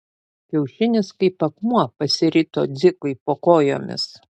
kiaušinis kaip akmuo pasirito dzikui po kojomis